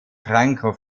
franco